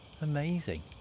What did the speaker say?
amazing